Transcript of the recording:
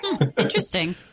interesting